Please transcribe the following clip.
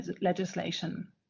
legislation